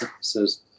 says